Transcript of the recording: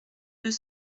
deux